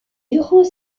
durant